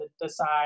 decide